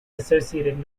associated